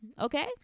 okay